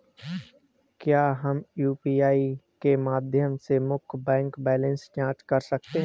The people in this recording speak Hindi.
क्या हम यू.पी.आई के माध्यम से मुख्य बैंक बैलेंस की जाँच कर सकते हैं?